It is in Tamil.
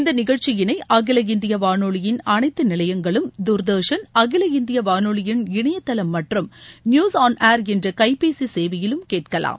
இந்த நிகழ்ச்சியினை அகில இந்திய வானொலியின் அனைத்து நிலையங்களும் தூர்தர்ஷன் அகில இந்திய வானொலியின் இணையதளம் மற்றும் நியூஸ் ஆன் ஏர் என்ற கைபேசி சேவையிலும் கேட்கலாம்